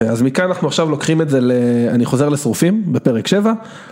אז מכאן אנחנו עכשיו לוקחים את זה, אני חוזר לשרופים בפרק 7.